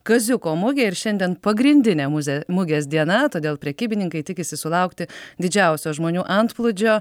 kaziuko mugė ir šiandien pagrindinė muzė mugės diena todėl prekybininkai tikisi sulaukti didžiausio žmonių antplūdžio